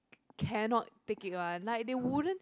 cannot take it one like they wouldn't